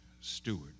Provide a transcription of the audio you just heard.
steward